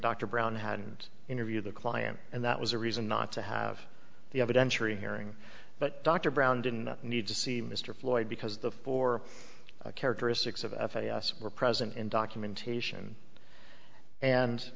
dr brown hadn't interviewed the client and that was a reason not to have the evidence or hearing but dr brown didn't need to see mr floyd because the four characteristics of f a s were present in documentation and